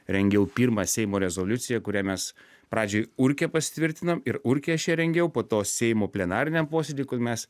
rengiau pirmą seimo rezoliuciją kuria mes pradžioj urke pasitvirtinom ir urke aš ją rengiau po to seimo plenariniam posėdy kol mes